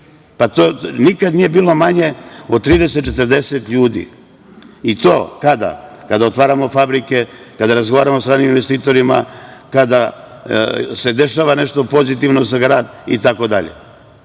bili? Nikad nije bilo manje od 30-40 ljudi, i to kada? Kada otvaramo fabrike, kada razgovaramo sa stranim investitorima, kada se dešava nešto pozitivno za grad itd.